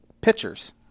pitchers